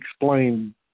explain